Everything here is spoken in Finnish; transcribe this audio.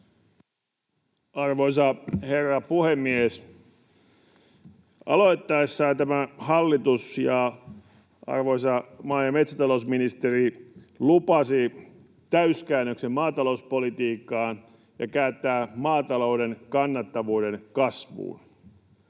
Arvoisa herra puhemies! Aloittaessaan tämä hallitus ja arvoisa maa- ja metsätalousministeri lupasivat täyskäännöksen maatalouspolitiikkaan ja kääntää maatalouden kannattavuuden kasvuun.